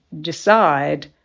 decide